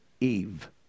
Eve